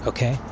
Okay